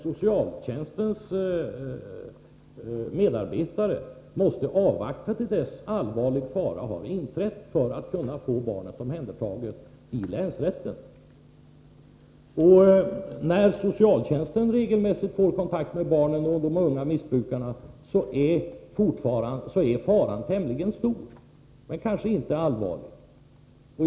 Socialtjänstens medarbetare måste nämligen avvakta till dess allvarlig fara har inträtt, innan de kan få ett barn omhändertaget genom prövning i länsrätten. När socialtjänsten regelmässigt får kontakt med barnen och de unga missbrukarna är faran tämligen stor, men kanske inte allvarlig.